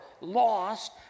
lost